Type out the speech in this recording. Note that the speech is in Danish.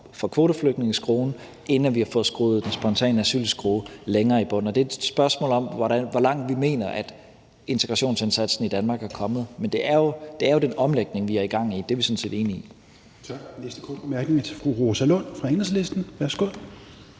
for kvoteflygtningeskruen, inden vi har fået skruet skruen for spontant asyl længere i bund, og det er et spørgsmål om, hvor langt vi mener at integrationsindsatsen i Danmark er kommet. Men det er jo den omlægning, vi er i gang med. Det er vi sådan set enige i.